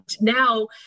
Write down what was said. now